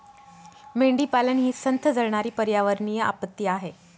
मेंढीपालन ही संथ जळणारी पर्यावरणीय आपत्ती आहे